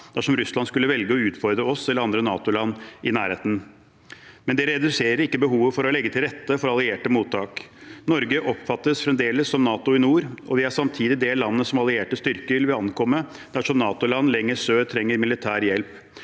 dersom Russland skulle velge å utfordre oss eller andre NATO-land i nærheten. Men det reduserer ikke behovet for å legge til rette for allierte mottak. Norge oppfattes fremdeles som NATO i nord, og vi er samtidig det landet som allierte styrker vil ankomme dersom NATO-land lenger sør trenger militær hjelp.